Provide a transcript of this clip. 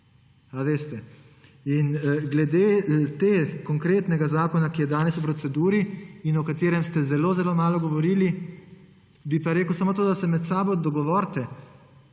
Glede tega konkretnega zakona, ki je danes v proceduri in o katerem ste zelo, zelo malo govorili, bi pa rekel samo to, da se med sabo dogovorite,